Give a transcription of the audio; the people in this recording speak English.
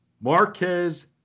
Marquez